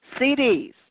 CDs